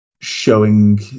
showing